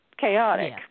chaotic